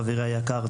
חברי היקר.